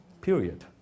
period